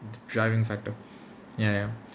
the driving factor ya ya